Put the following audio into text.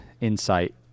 insight